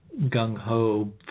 gung-ho